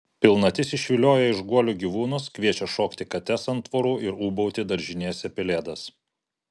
pilnatis išvilioja iš guolių gyvūnus kviečia šokti kates ant tvorų ir ūbauti daržinėse pelėdas